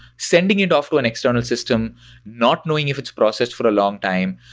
sending it off to an external system not knowing if it's processed for a longtime,